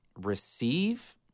receive